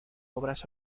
obras